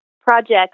projects